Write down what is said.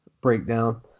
breakdown